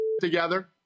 together